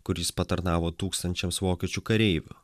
kur jis patarnavo tūkstančiams vokiečių kareivių